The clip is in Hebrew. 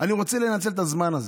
ואני רוצה לנצל את הזמן הזה.